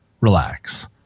relax